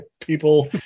people